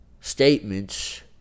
statements